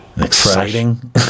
exciting